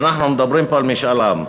ואנחנו מדברים פה על משאל עם.